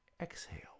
exhale